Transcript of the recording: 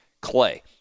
Clay